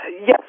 Yes